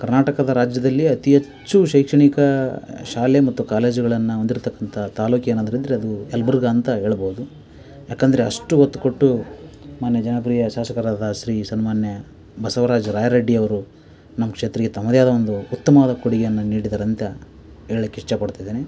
ಕರ್ನಾಟಕದ ರಾಜ್ಯದಲ್ಲಿ ಅತಿ ಹೆಚ್ಚು ಶೈಕ್ಷಣಿಕ ಶಾಲೆ ಮತ್ತು ಕಾಲೇಜುಗಳನ್ನ ಹೊಂದಿರ್ತಕ್ಕಂಥ ತಾಲೂಕೇನಂದ್ರಂದರೆ ಅದು ಯಲ್ಬುರ್ಗ ಅಂತ ಹೇಳ್ಬೋದು ಯಾಕಂದರೆ ಅಷ್ಟು ಒತ್ತು ಕೊಟ್ಟು ಮಾನ್ಯ ಜನಪ್ರಿಯ ಶಾಸಕರಾದ ಶ್ರೀ ಸನ್ಮಾನ್ಯ ಬಸವರಾಜ್ ರಾಯ್ ರೆಡ್ಡಿಯವರು ನಮ್ಮ ಕ್ಷೇತ್ರಕ್ಕೆ ತಮ್ಮದೇ ಆದ ಒಂದು ಉತ್ತಮವಾದ ಕೊಡುಗೆಯನ್ನ ನೀಡಿದರಂತ ಹೇಳ್ಲಿಕ್ಕೆ ಇಷ್ಟಪಡ್ತಿದೀನಿ